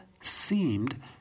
seemed